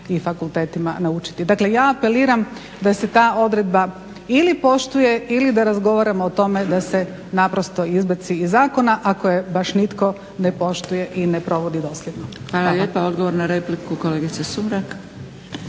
i fakultetima naučiti. Dakle, ja apeliram da se ta odredba ili poštuje ili da razgovaramo o tome da se naprosto izbaci iz zakona ako je baš nitko ne poštuje i ne provodi dosljedno. **Zgrebec, Dragica (SDP)** Hvala lijepa. Odgovor na repliku kolegica Sumrak.